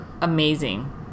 amazing